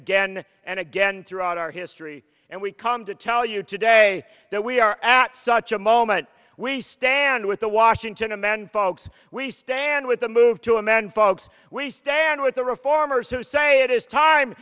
again and again throughout our history and we come to tell you today that we are act such a moment we stand with the washington men folks we stand with the move to amend folks we stand with the reformers who say it is time